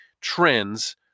trends